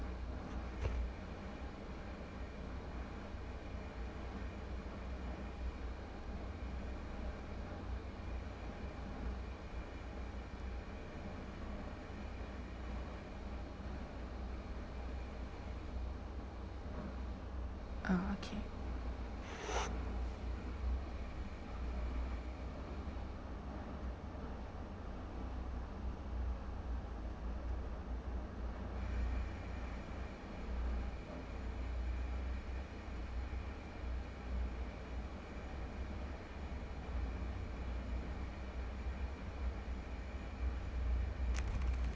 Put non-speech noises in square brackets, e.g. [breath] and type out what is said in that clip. ah okay [breath]